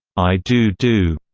i do do.